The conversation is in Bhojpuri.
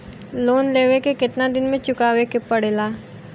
लोन लेवे के कितना दिन मे चुकावे के पड़ेला?